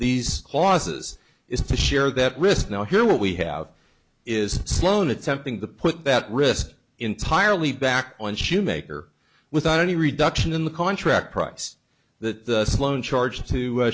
these losses is to share that risk now here we have is sloan attempting to put that risk entirely back on schumaker without any reduction in the contract price that the sloan charged to